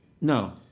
No